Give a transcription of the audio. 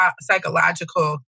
psychological